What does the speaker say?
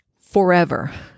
forever